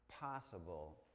possible